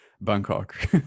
Bangkok